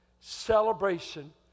celebration